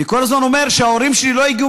אני כל הזמן אומר שההורים שלי לא הגיעו